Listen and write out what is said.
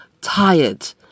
tired